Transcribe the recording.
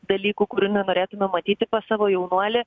dalykų kurių nenorėtume matyti pas savo jaunuolį